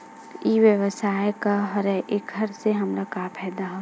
ई व्यवसाय का हरय एखर से हमला का फ़ायदा हवय?